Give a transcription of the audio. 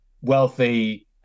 wealthy